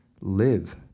live